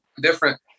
different